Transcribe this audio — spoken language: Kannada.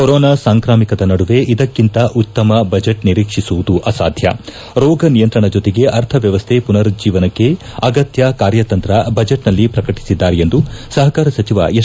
ಕೊರೊನಾ ಸಾಂಕ್ರಾಮಿಕದ ನಡುವೆ ಇದಕ್ಕಿಂತ ಉತ್ತಮ ಬಜೆಟ್ ನಿರೀಕ್ಷಿಸುವುದು ಅಸಾಧ್ಯ ರೋಗ ನಿಯಂತಣ ಜೊತೆಗೆ ಅರ್ಥ ವ್ಯವಸ್ಥೆ ಪುನರುಜ್ಜೀವನಕ್ಕೆ ಅಗತ್ಯ ಕಾರ್ಯತಂತ್ರ ಬಜೆಟ್ನಲ್ಲಿ ಪ್ರಕಟಿಸಿದ್ದಾರೆ ಎಂದು ಸಹಕಾರ ಸಚಿವ ಎಸ್